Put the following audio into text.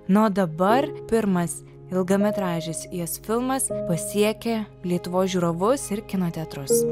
na o dabar pirmas ilgametražis jos filmas pasiekė lietuvos žiūrovus ir kino teatrus